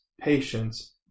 patience